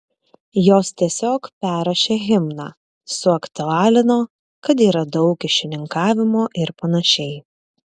jos tiesiog perrašė himną suaktualino kad yra daug kyšininkavimo ir panašiai